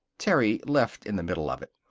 terry left in the middle of it.